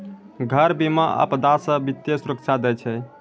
घर बीमा, आपदा से वित्तीय सुरक्षा दै छै